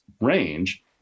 range